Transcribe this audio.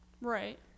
Right